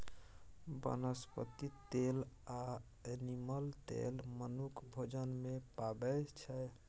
बनस्पति तेल आ एनिमल तेल मनुख भोजन मे पाबै छै